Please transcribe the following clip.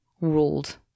ruled